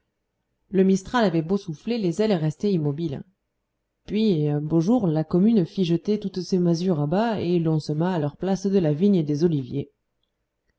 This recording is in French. le mistral avait beau souffler les ailes restaient immobiles puis un beau jour la commune fit jeter toutes ces masures à bas et l'on sema à leur place de la vigne et des oliviers